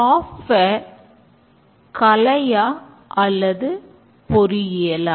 software கலையா அல்லது பொறியியலா